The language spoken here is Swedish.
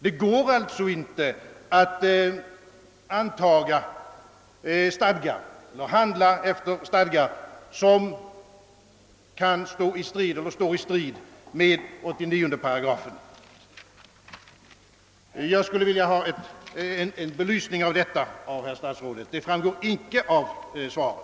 Den kan således inte antaga stadgar eller handla efter stadgar som står i strid mot 39 §. Jag skulle vilja ha en belysning av detta av herr statsrådet. Hans uppfattning framgår nämligen icke av svaret.